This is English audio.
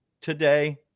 Today